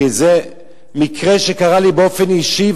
כי זה מקרה שקרה לי באופן אישי,